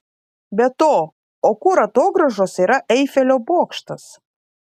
be to o kur atogrąžose yra eifelio bokštas